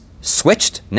switched